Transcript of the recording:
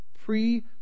pre